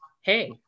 hey